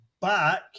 back